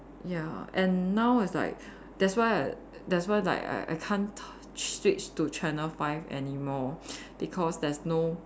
ya and now it's like that's why I that's why like I I can't touch switch to channel five anymore because there's no